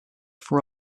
for